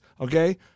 okay